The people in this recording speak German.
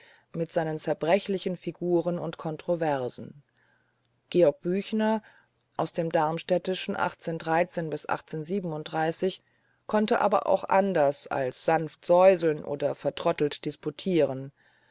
mit seinen zerbrechlichen figuren und kontroversen georg büchner aus dem darm konnte aber auch anders als sanft lächeln oder vertrottelt disputieren